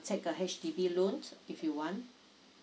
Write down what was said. take a H_D_B loan if you want